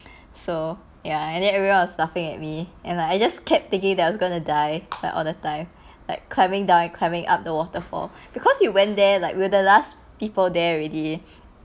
so ya and then everyone was laughing at me and like I just kept thinking that I was going to die like all the time like climbing down climbing up the waterfall because we went there like we were the last people there already